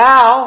Now